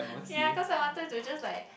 ya cause I wanted to just like